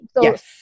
Yes